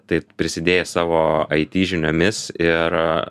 tai prisidėjęs savo aity žiniomis ir